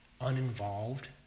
uninvolved